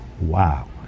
wow